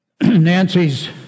Nancy's